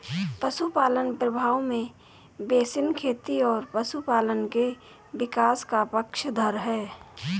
पशुपालन प्रभाव में बेसिन खेती और पशुपालन के विकास का पक्षधर है